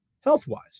health-wise